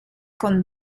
con